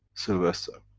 sylvester,